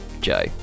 Joe